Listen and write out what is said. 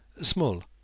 small